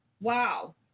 Wow